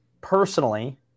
personally